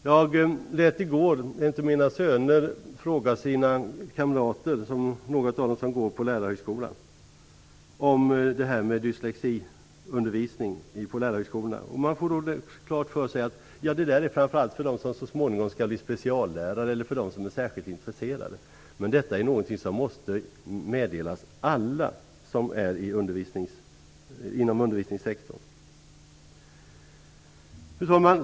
Jag lät i går en av mina söner fråga några av sina kamrater som går på Lärarhögskolan om dyslexiundervisningen på Lärarhögskolan. Man får av svaren klart för sig att detta framför allt är något för dem som så småningom skall bli speciallärare eller för dem som är särskilt intresserade. Men detta är någonting som måste meddelas alla inom undervisningssektorn. Fru talman!